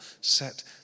set